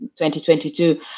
2022